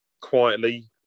quietly